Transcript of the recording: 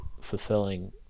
fulfilling